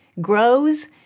grows